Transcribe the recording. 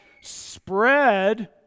spread